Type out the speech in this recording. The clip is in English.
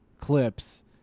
clips